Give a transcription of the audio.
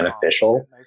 beneficial